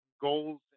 goals